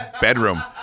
bedroom